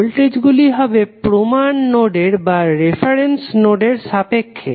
ভোল্টেজগুলি হবে প্রমান নোডের সাপেক্ষে